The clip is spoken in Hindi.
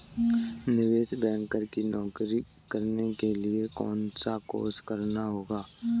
निवेश बैंकर की नौकरी करने के लिए कौनसा कोर्स करना होगा?